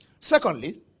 Secondly